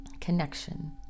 connection